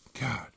God